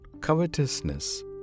covetousness